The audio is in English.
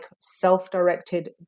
self-directed